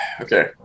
okay